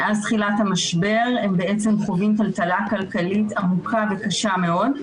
מאז תחילת המשבר הם בעצם חווים טלטלה כלכלית עמוקה וקשה מאוד.